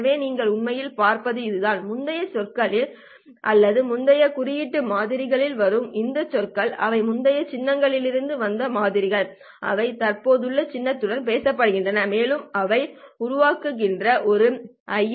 எனவே நீங்கள் உண்மையில் பார்ப்பது இதுதான் முந்தைய சொற்களிலிருந்து அல்லது முந்தைய குறியீட்டு மாதிரிகளிலிருந்து வரும் இந்த சொற்கள் அவை முந்தைய சின்னத்திலிருந்து வந்த மாதிரிகள் அவை தற்போதைய சின்னத்துடன் பேசுகின்றன மேலும் அவை உருவாகின்றன ஒரு ஐ